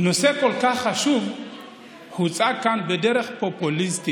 אבל נושא כל כך חשוב הוצג כאן בדרך פופוליסטית